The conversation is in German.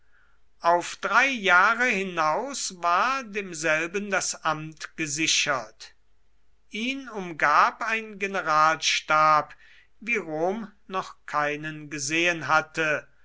auf drei jahre hinaus war demselben das amt gesichert ihn umgab ein generalstab wie rom noch keinen gesehen hatte